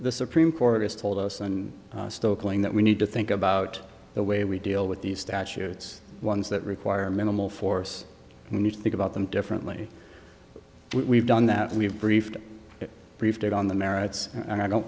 the supreme court has told us and still going that we need to think about the way we deal with these statutes ones that require minimal force we need to think about them differently we've done that and we've briefed briefed on the merits and i don't